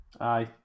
Aye